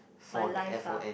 my life ah